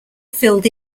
filled